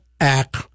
act